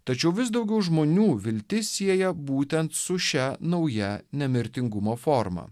tačiau vis daugiau žmonių viltis sieja būtent su šia nauja nemirtingumo forma